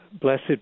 Blessed